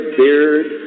beard